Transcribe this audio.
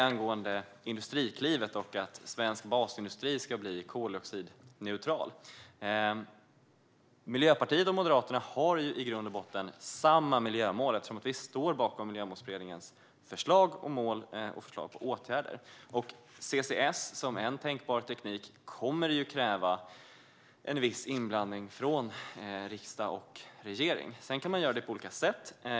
Angående Industriklivet och att svensk basindustri ska bli koldioxidneutral vill jag säga att Miljöpartiet och Moderaterna i grund och botten har samma miljömål. Vi står bakom Miljömålsberedningens förslag till mål och åtgärder. CCS som en tänkbar teknik kommer att kräva en viss inblandning från riksdag och regering. Sedan kan man göra det på olika sätt.